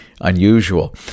unusual